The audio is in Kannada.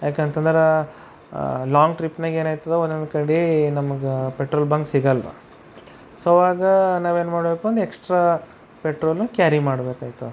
ಏಕೆಂತಂದರೆ ಲಾಂಗ್ ಟ್ರಿಪ್ನಾಗ ಏನಾಯ್ತದ ಒಂದೊಂದು ಕಡೆ ನಮಗೆ ಪೆಟ್ರೋಲ್ ಬಂಕ್ ಸಿಗಲ್ಲ ಸೊ ಆಗ ನಾವೇನು ಮಾಡ್ಬೇಕು ಒಂದು ಎಕ್ಸ್ಟ್ರಾ ಪೆಟ್ರೋಲ ಕ್ಯಾರಿ ಮಾಡ್ಬೇಕಾಯ್ತದ